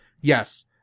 yes